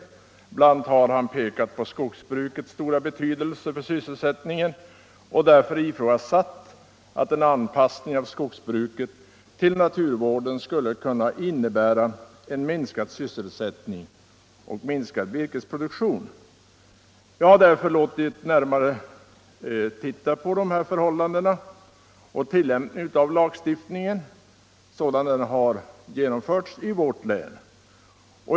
Han har bl.a. pekat på skogsbrukets stora betydelse för sysselsättningen och uttryckt farhågor för att en anpassning av skogsbruket till naturvården skulle kunna innebära minskad sysselsättning och reducerad virkesproduktion. Jag har därför närmare undersökt dessa förhållanden och studerat tilllämpningen av lagstiftningen i vårt län.